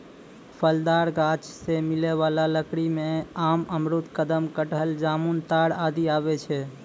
फलदार गाछ सें मिलै वाला लकड़ी में आम, अमरूद, कदम, कटहल, जामुन, ताड़ आदि आवै छै